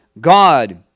God